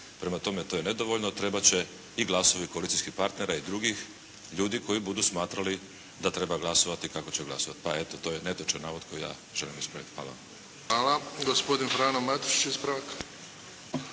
Prema tome, to je dovoljno. Trebat će i glasovi i koalicijskih partnera i drugih ljudi koji budu smatrali da treba glasovati kako će glasovati, pa eto to je netočan navod koji ja želim ispraviti. Hvala.